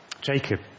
Jacob